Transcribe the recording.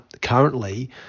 currently